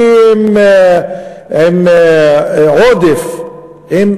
עם עודף הכי גדול,